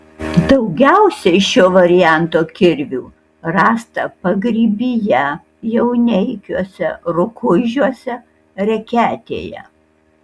daugiausiai šio varianto kirvių rasta pagrybyje jauneikiuose rukuižiuose reketėje